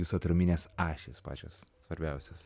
jūsų atraminės ašys pačios svarbiausios